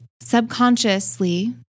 Subconsciously